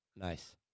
nice